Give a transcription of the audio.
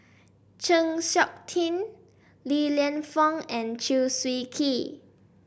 Chng Seok Tin Li Lienfung and Chew Swee Kee